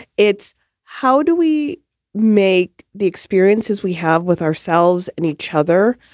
it's how do we make the experiences we have with ourselves and each other?